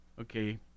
Okay